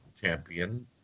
Champion